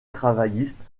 travailliste